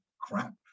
crap